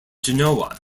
genoa